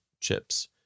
chips